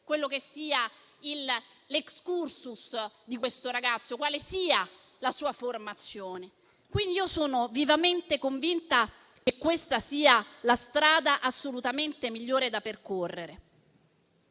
meglio l'*excursus* di questo ragazzo, quale sia la sua formazione. Quindi io sono vivamente convinta che questa sia la strada assolutamente migliore da percorrere.